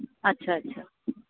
अच्छा अच्छा